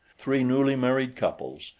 three newly married couples,